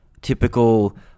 Typical